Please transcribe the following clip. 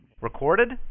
Recorded